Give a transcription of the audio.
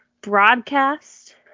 broadcast